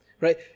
Right